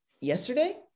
Yesterday